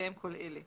כל אלה: